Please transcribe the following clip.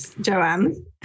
Joanne